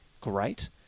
great